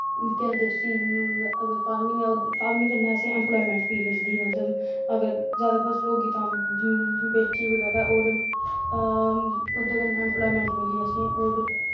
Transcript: केह् आखदे उस्सी अगर फार्मिंग ऐ फार्मिंग कन्नै असेंगी इंपलाईमैंट बी मिलदी अगर जैदा फसल होगी तां बेची बगैरा ओह्दे कन्नै इंपलाईमैंट मिली असें गी होर